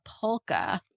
polka